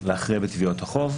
להכריע בתביעות החוב,